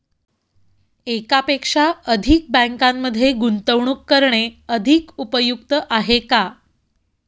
एकापेक्षा अधिक बँकांमध्ये गुंतवणूक करणे अधिक उपयुक्त आहे का?